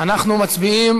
אנחנו מצביעים